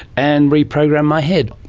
and reprogram my head.